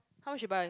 how much you buy